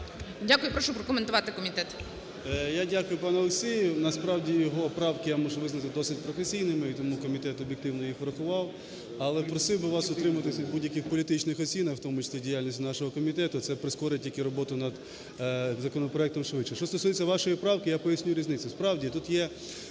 Дякую. Прошу прокоментувати комітет.